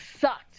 Sucked